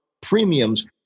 premiums